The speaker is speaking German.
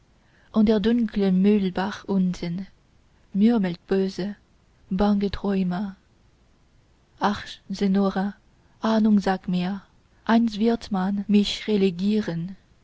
und der dunkle mühlbach unten murmelt böse bange träume ach sennora ahnung sagt mir einst wird man mich